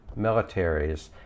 militaries